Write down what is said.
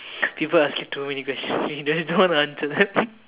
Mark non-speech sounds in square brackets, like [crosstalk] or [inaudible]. people asking too many questions don't want to answer that [laughs]